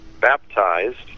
baptized